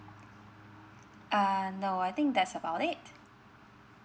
uh no I think that's about it